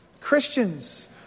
Christians